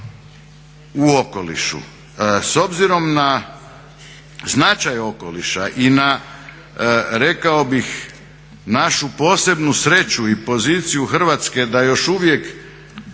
u okolišu. S obzirom na značaj okoliša i na rekao bih našu posebnu sreću i poziciju Hrvatske da još uvijek